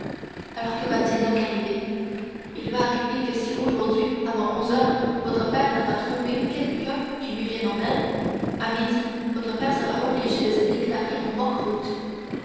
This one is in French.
alors que va-t-il donc arriver il va arriver que si aujourd'hui avant onze heures votre père n'a pas trouvé quelqu'un qui lui vienne en aide à midi votre père sera obligé de se déclarer en banqueroute